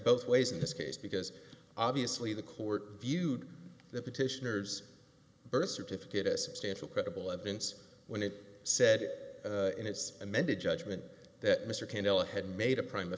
both ways in this case because obviously the court viewed the petitioners birth certificate a substantial credible evidence when it said in its amended judgment that mr kendall had made a prim